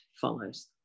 follows